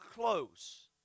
close